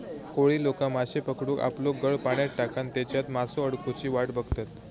कोळी लोका माश्ये पकडूक आपलो गळ पाण्यात टाकान तेच्यात मासो अडकुची वाट बघतत